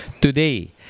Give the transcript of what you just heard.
today